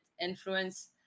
influence